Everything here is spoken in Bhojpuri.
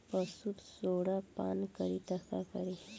पशु सोडा पान करी त का करी?